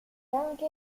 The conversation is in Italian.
anche